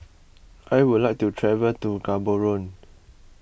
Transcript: I would like to travel to Gaborone